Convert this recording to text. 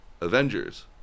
Avengers